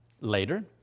later